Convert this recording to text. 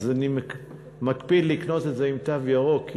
אני מקפיד לקנות את זה עם תו ירוק,